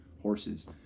horses